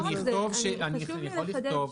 אני יכול לכתוב,